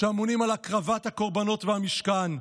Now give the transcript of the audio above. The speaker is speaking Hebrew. שאמונים על הקרבת הקורבנות והמשכן,